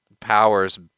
powers